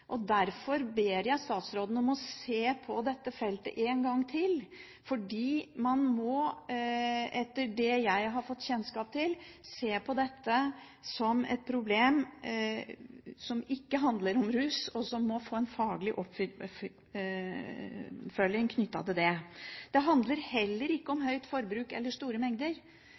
og derfor ber jeg statsråden om å se på dette feltet en gang til, fordi man må, etter det jeg har fått kjennskap til, se på dette som et problem som ikke handler om rus, og vi må få en faglig oppfølging knyttet til det. Det handler heller ikke om høyt forbruk eller store mengder.